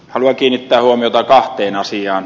haluan kiinnittää huomiota kahteen asiaan